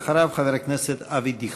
אחריו, חבר הכנסת אבי דיכטר.